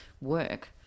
work